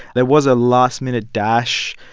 there was a last-minute dash,